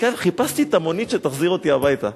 חיפשתי את המונית שתחזיר אותי הביתה.